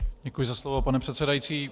Děkuji za slovo, pane předsedající.